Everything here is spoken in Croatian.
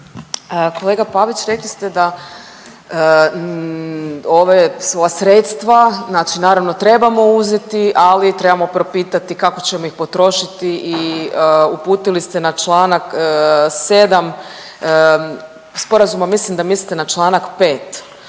Kolega Pavić, rekli ste da ove, ova sredstva znači naravno trebamo uzeti, ali trebamo propitati kao ćemo ih potrošiti i uputili ste na Članak 7. sporazuma, mislim da mislite na Članak 5.